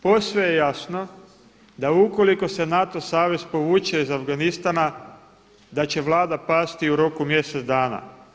Posve je jasno da ukoliko se NATO savez poveću iz Afganistana da će Vlada pasti u roku mjesec dana.